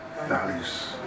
values